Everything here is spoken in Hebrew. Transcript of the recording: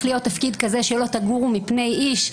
להיות תפקיד כזה ש"לא תגורו מפני איש",